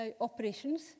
operations